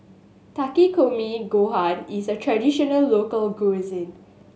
Takikomi Gohan is a traditional local cuisine